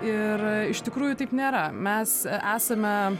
ir iš tikrųjų taip nėra mes esame